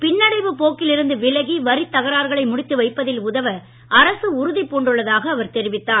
பின்னடைவுப் போக்கில் இருந்து விலகி வரித் தகராறுகளை முடித்து வைப்பதில் உதவ அரசு உறுதி பூண்டுள்ளதாக அவர் தெரிவித்தார்